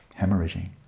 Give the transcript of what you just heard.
hemorrhaging